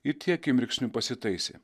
ir tie akimirksniu pasitaisė